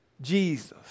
Jesus